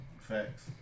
facts